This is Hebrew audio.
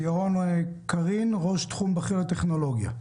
ירון קרון, ראש תחום בכיר לטכנולוגיה.